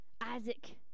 Isaac